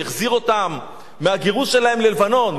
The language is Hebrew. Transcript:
שהחזיר אותם מהגירוש שלהם ללבנון.